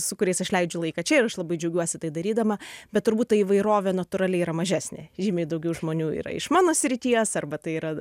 su kuriais aš leidžiu laiką čia ir aš labai džiaugiuosi tai darydama bet turbūt ta įvairovė natūraliai yra mažesnė žymiai daugiau žmonių yra iš mano srities arba tai yra